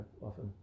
often